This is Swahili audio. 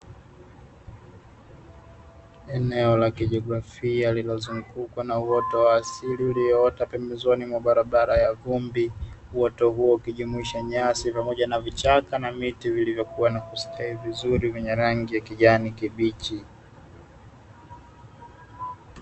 Eneo la kijiografia lililozungukwa na uoto wa asili na pembezoni mwa barabara ya vumbi uoto huo ukijumuisha nyasi na vichaka vilivyokua na kustawi vizuri vyenye rangi ya kijani kibichi.